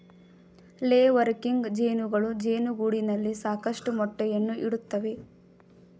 ಲೇ ವರ್ಕಿಂಗ್ ಜೇನುಗಳು ಜೇನುಗೂಡಿನಲ್ಲಿ ಸಾಕಷ್ಟು ಮೊಟ್ಟೆಯನ್ನು ಇಡುತ್ತವೆ